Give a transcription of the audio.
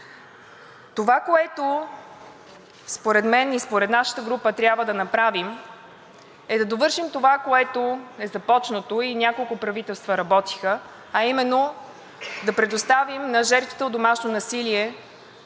Това, което според мен и според нашата група трябва да направим, е да довършим това, което е започнато и няколко правителства работиха, а именно да предоставим на жертвите от домашно насилие